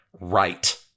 Right